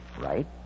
Right